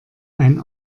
ein